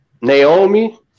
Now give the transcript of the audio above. Naomi